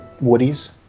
Woody's